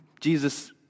Jesus